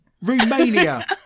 Romania